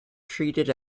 treated